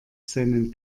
seinen